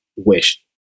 wish